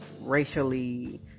racially